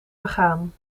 begaan